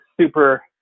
super